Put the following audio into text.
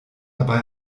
dabei